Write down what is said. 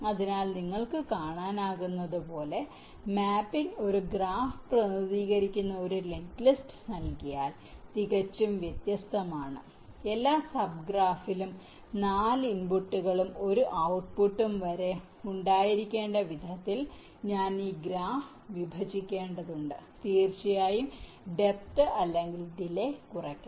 അതിനാൽ നിങ്ങൾക്ക് കാണാനാകുന്നതുപോലെ മാപ്പിംഗ് ഒരു ഗ്രാഫ് പ്രതിനിധീകരിക്കുന്ന ഒരു നെറ്റ്ലിസ്റ്റ് നൽകിയാൽ തികച്ചും വ്യത്യസ്തമാണ് എല്ലാ സബ് ഗ്രാഫിലും 4 ഇൻപുട്ടുകളും 1 ഔട്ട്പുട്ടും വരെ ഉണ്ടായിരിക്കേണ്ട വിധത്തിൽ ഞാൻ ഈ ഗ്രാഫ് വിഭജിക്കേണ്ടതുണ്ട് തീർച്ചയായും ഡെപ്ത് അല്ലെങ്കിൽ ഡിലെ കുറയ്ക്കണം